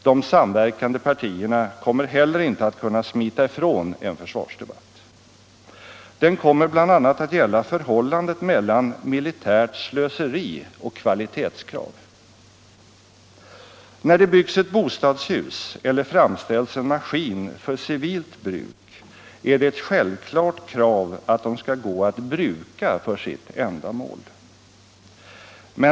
De samverkande partierna kommer heller inte att kunna smita ifrån en försvarsdebatt. Den kommer bl.a. att gälla förhållandet mellan militärt slöseri och kvalitetskrav. När det byggs ett bostadshus eller framställs en maskin för civilt bruk är det ett självklart krav att produkten skall gå att bruka för sitt ändamål.